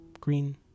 green